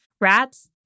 rats